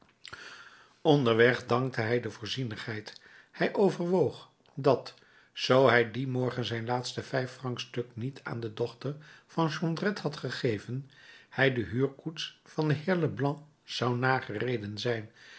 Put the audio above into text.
onderweg dankte hij de voorzienigheid hij overwoog dat zoo hij dien morgen zijn laatste vijffrancstuk niet aan de dochter van jondrette had gegeven hij de huurkoets van den heer leblanc zou nagereden zijn